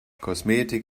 kosmetik